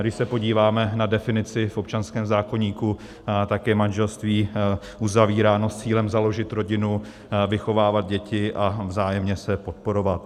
Když se podíváme na definici v občanském zákoníku, tak je manželství uzavíráno s cílem založit rodinu, vychovávat děti a vzájemně se podporovat.